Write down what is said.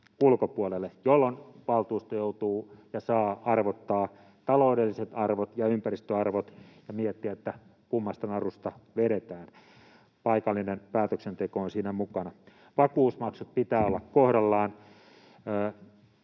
ulkopuolelle, jolloin valtuusto sekä joutuu arvottamaan että saa arvottaa taloudelliset arvot ja ympäristöarvot ja saa miettiä, kummasta narusta vedetään. Paikallinen päätöksenteko on siinä mukana. Vakuutusmaksujen pitää olla kohdallaan.